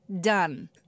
done